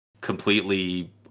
completely